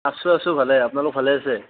আছো আছো ভালে আপোনালোক ভালে আছে